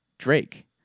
Drake